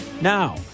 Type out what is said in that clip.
now